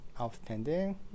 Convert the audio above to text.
outstanding